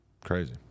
Crazy